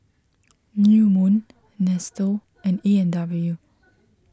New Moon Nestle and A and W